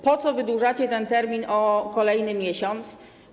Po co wydłużacie ten termin o kolejny miesiąc?